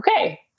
okay